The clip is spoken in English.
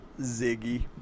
Ziggy